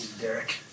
Derek